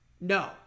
No